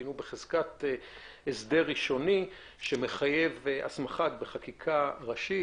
הוא בחזקת הסדר ראשוני שמחייב הסמכה בחקיקה ראשית.